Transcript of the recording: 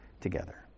together